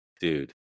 dude